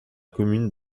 commune